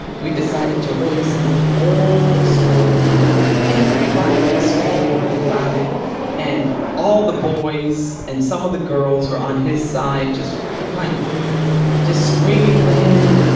we decided to race and the whole school was involved, everybody in the school heard about it and all the boys and some of the girls were on his side just kind of screaming for him,